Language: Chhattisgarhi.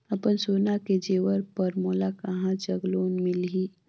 अपन सोना के जेवर पर मोला कहां जग लोन मिलही?